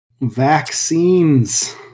Vaccines